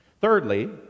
Thirdly